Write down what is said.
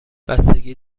بستگی